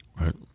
right